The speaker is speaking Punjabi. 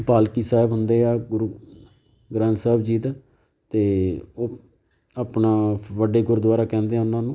ਪਾਲਕੀ ਸਾਹਿਬ ਹੁੰਦੇ ਆ ਗੁਰੂ ਗ੍ਰੰਥ ਸਾਹਿਬ ਜੀ ਦਾ ਅਤੇ ਉਹ ਆਪਣਾ ਵੱਡੇ ਗੁਰਦੁਆਰਾ ਕਹਿੰਦੇ ਆ ਉਹਨਾਂ ਨੂੰ